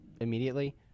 immediately